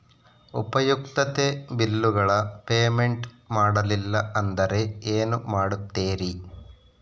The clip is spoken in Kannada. ಉಪಯುಕ್ತತೆ ಬಿಲ್ಲುಗಳ ಪೇಮೆಂಟ್ ಮಾಡಲಿಲ್ಲ ಅಂದರೆ ಏನು ಮಾಡುತ್ತೇರಿ?